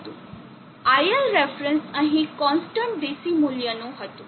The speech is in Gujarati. iLref અહીં કોન્સ્ટન્ટ DC મૂલ્યનું હતું